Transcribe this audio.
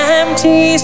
empty